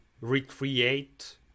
recreate